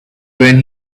when